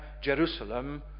Jerusalem